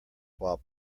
while